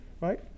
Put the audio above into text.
Right